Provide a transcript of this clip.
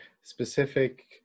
specific